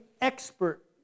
expert